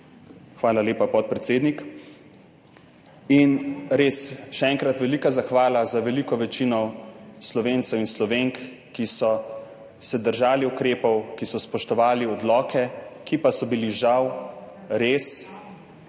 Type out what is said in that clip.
Hvala lepa, podpredsednik. Res še enkrat velika zahvala veliki večini Slovencev in Slovenk, ki so se držali ukrepov, ki so spoštovali odloke, ki pa so bili žal res